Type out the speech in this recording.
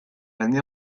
année